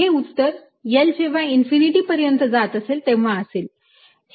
हे उत्तर L जेव्हा इन्फिनिटी पर्यंत जात असेल तेव्हा असेल